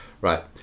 right